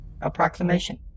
approximation